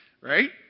Right